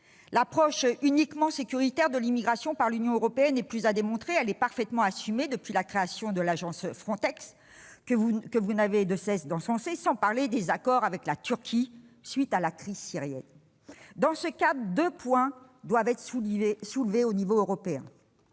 L'approche uniquement sécuritaire de l'immigration défendue par l'Union européenne n'est plus à démontrer : elle est parfaitement assumée depuis la création de l'agence Frontex, que vous n'avez de cesse d'encenser, sans parler des accords avec la Turquie, conclus à la suite de la crise syrienne. Dans ce cadre, deux points doivent être soulevés à l'échelon européen.